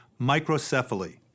microcephaly